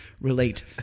relate